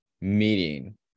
meeting